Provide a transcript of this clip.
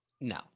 No